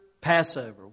Passover